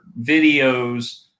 videos